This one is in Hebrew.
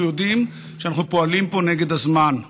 אנחנו יודעים שאנחנו פועלים פה נגד הזמן.